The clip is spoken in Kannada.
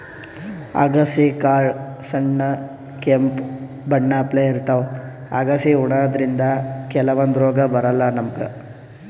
ಅಗಸಿ ಕಾಳ್ ಸಣ್ಣ್ ಕೆಂಪ್ ಬಣ್ಣಪ್ಲೆ ಇರ್ತವ್ ಅಗಸಿ ಉಣಾದ್ರಿನ್ದ ಕೆಲವಂದ್ ರೋಗ್ ಬರಲ್ಲಾ ನಮ್ಗ್